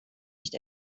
nicht